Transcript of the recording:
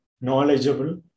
knowledgeable